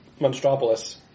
Monstropolis